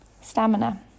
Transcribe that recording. stamina